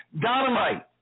Dynamite